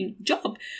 job